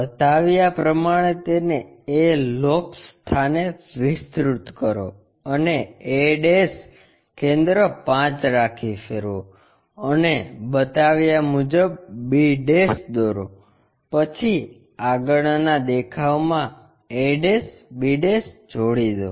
બતાવ્યા પ્રમાણે તેને a લોકસ સ્થાને વિસ્તૃત કરો અને a કેન્દ્ર5 રાખી ફેરવો અને બતાવ્યા મુજબ b દોરો પછી આગળનાં દેખાવમાં ab જોડી દો